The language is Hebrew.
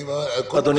קודם כול,